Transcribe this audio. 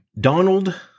Donald